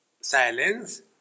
silence